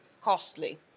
costly